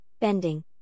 bending